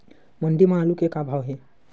मंडी म आलू के का भाव हे?